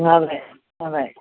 അതെ അതെ